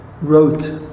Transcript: wrote